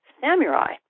samurai